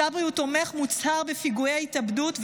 צברי הוא תומך מוצהר בפיגועי התאבדות,